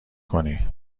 کنی